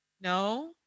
no